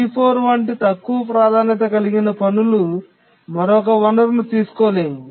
T4 వంటి తక్కువ ప్రాధాన్యత కలిగిన పనులు మరొక వనరును తీసుకోలేవు